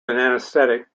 anaesthetic